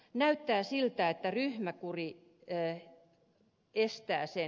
näyttää siltä että ryhmäkuri estää sen